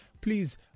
please